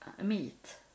meat